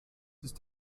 ist